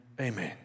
amen